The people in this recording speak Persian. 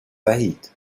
وحید